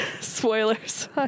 Spoilers